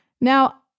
Now